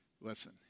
Listen